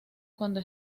cuando